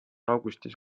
augustis